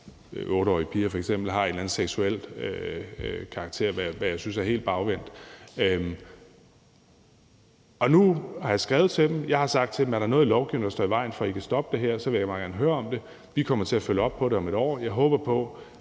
8-årige piger har en eller anden seksuel karakter, hvad jeg synes er helt bagvendt. Nu har jeg skrevet til dem. Jeg har sagt til dem: Er der noget i lovgivningen, der står i vejen for, at I kan stoppe det her, vil jeg meget gerne høre om det. Vi kommer til at følge op på det om et år. Jeg håber på,